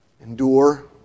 Endure